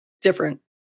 different